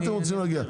למה אתם רוצים להגיע?